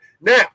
Now